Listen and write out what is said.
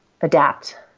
adapt